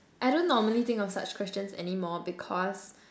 I don't normally think of such questions anymore because